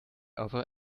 other